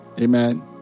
Amen